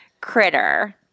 Critter